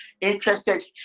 interested